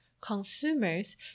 consumers